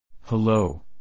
Hello